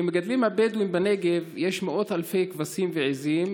למגדלים הבדואים בנגב יש מאות אלפי כבשים ועיזים,